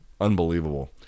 unbelievable